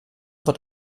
wird